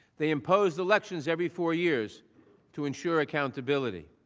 they imposed elections every four years to ensure accountability.